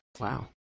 wow